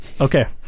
Okay